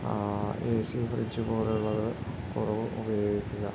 ഏ സിയും ഫ്രിഡ്ജ് പോലുള്ളത് കുറവ് ഉപയോഗിക്കുക